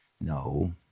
No